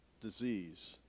disease